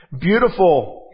Beautiful